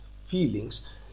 feelings